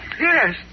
Yes